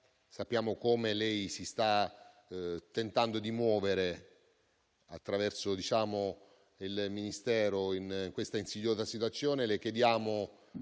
e come lei stia tentando di muoversi, attraverso il Ministero, in questa insidiosa situazione.